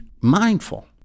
mindful